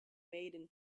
maiden